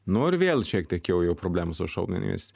nu ir vėl šiek tiek jau jau problemos su šaudmenimis